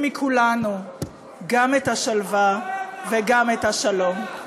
מכולנו גם את השלווה וגם את השלום.